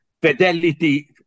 fidelity